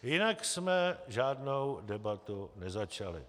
Jinak jsme žádnou debatu nezačali.